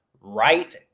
right